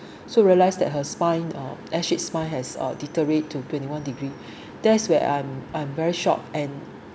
so realised that her spine uh S shape spine has uh deteriorate to twenty one degree that's where I'm I'm very shocked and